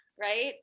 Right